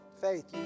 faith